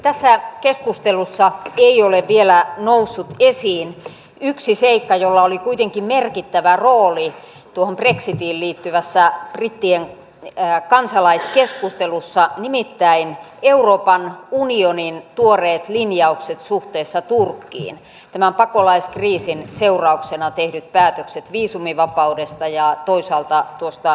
tässä keskustelussa ei ole vielä noussut esiin yksi seikka jolla oli kuitenkin merkittävä rooli tuohon brexitiin liittyvässä brittien kansalaiskeskustelussa nimittäin euroopan unionin tuoreet linjaukset suhteessa turkkiin tämän pakolaiskriisin seurauksena tehdyt päätökset viisumivapaudesta ja toisaalta tuosta laajentumiskysymyksestä